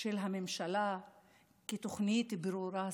של הממשלה בתוכנית ברורה וסדורה?